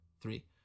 three